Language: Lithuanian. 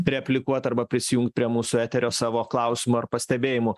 replikuot arba prisijungt prie mūsų eterio savo klausimų ar pastebėjimų